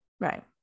Right